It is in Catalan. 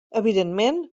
evidentment